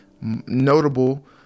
notable